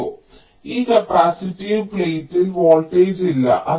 അതിനാൽ ഈ കപ്പാസിറ്റീവ് പ്ലേറ്റിൽ വോൾട്ടേജില്ല